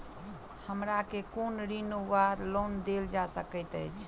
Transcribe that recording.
हमरा केँ कुन ऋण वा लोन देल जा सकैत अछि?